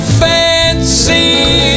fancy